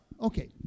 Okay